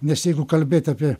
nes jeigu kalbėt apie